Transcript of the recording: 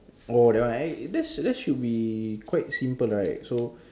oh that one right that that's should be quite simple right so